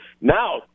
Now